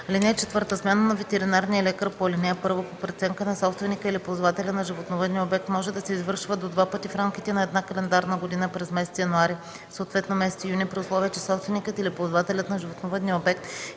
община. (4) Смяна на ветеринарния лекар по ал. 1 по преценка на собственика или ползвателя на животновъдния обект може да се извършва до два пъти в рамките на една календарна година през месец януари, съответно месец юни, при условие, че собственикът или ползвателят на животновъдния обект